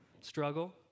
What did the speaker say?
Struggle